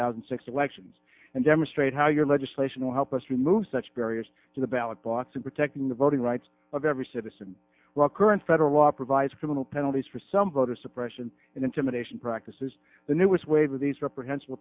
thousand and six elections and demonstrate how your legislation will help us remove such barriers to the ballot box and protecting the voting rights of every citizen the current federal law provides criminal penalties for some voter suppression and intimidation practices the newest way with these reprehensible